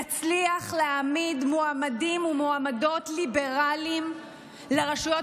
נצליח להעמיד מועמדים ומועמדות ליברלים לרשויות